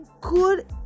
good